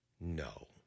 No